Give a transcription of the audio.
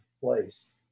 place